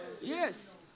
Yes